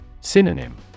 Synonym